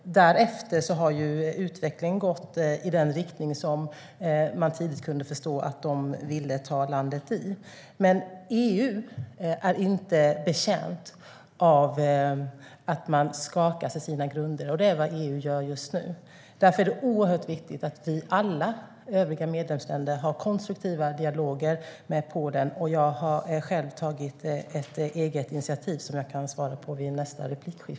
Därefter har utvecklingen gått i den riktning som man tidigt kunde förstå att de ville föra landet i. EU är inte betjänt av att det skakas i sina grundvalar, och det är vad som sker just nu. Därför är det oerhört viktigt att vi alla övriga medlemsländer har konstruktiva dialoger med Polen. Jag har tagit ett eget initiativ som jag kan berätta om i nästa inlägg.